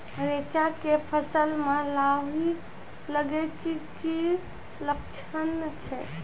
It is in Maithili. रैचा के फसल मे लाही लगे के की लक्छण छै?